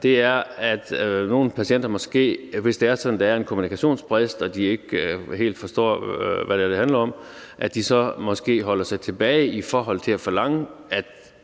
er, er, at nogle patienter måske, hvis det er sådan, at der er en kommunikationsbrist, og de ikke helt forstår, hvad det handler om, så holder sig tilbage i forhold til at forlange, at